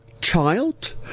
child